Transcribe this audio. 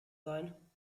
sein